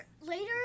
later